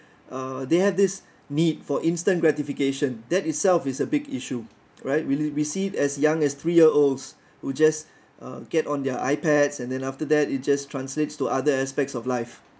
uh they have this need for instant gratification that itself is a big issue right we we see it as young as three year olds who just uh get on their iPads and then after that it just translates to other aspects of life